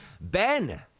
Ben